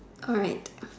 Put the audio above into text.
alright